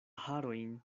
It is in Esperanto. harojn